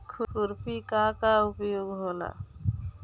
खुरपी का का उपयोग होला?